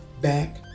back